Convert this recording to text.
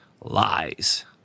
lies